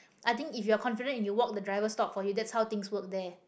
I think if you are confidence and you walk the driver stop for you that's how things work there